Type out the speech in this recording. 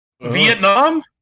Vietnam